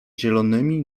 zielonymi